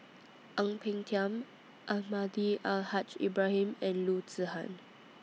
Ang Peng Tiam Almahdi Al Haj Ibrahim and Loo Zihan